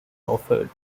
offered